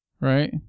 right